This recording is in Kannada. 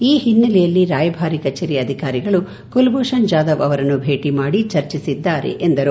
ಈ ಹಿನ್ನೆಲೆಯಲ್ಲಿ ರಾಯಭಾರಿ ಕಚೇರಿ ಅಧಿಕಾರಿಗಳು ಕುಲಭೂಷಣ್ ಜಾಧವ್ ಅವರನ್ನು ಭೇಟಿ ಮಾಡಿ ಚರ್ಚಿಸಿದ್ದಾರೆ ಎಂದರು